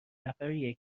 نفریه